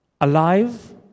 alive